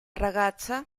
ragazza